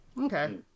Okay